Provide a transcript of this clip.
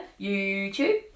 YouTube